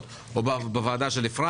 או בוועדת העבודה והרווחה בראשות אפרת